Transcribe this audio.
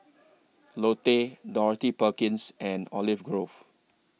Lotte Dorothy Perkins and Olive Grove